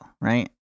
right